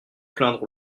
plaindre